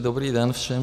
Dobrý den všem.